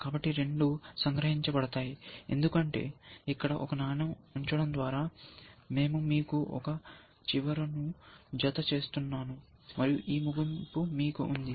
కాబట్టి రెండు సంగ్రహించబడతాయి ఎందుకంటే ఇక్కడ ఒక నాణెం ఉంచడం ద్వారా మేము మీకు ఒక చివరను జత చేస్తున్నాను మరియు ఈ ముగింపు మీకు ఇది ఉంది మరియు ఈ ముగింపు మీకు ఉంది